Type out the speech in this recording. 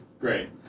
Great